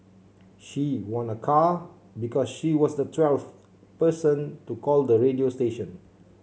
she won a car because she was the twelfth person to call the radio station